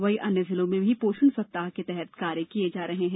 वहीं अन्य जिलों में भी पोषण सप्ताह के तहत कार्य किये जा रहे हैं